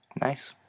Nice